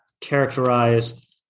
characterize